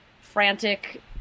frantic